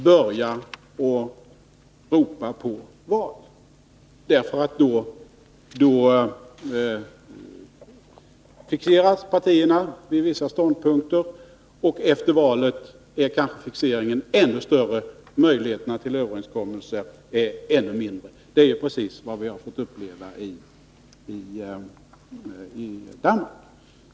Partierna fixeras vid vissa ståndpunkter, och efter valet är kanske fixeringen ännu större och möjligheterna till överenskommelser ännu mindre. Det är precis vad man har fått uppleva i Danmark.